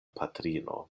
patrino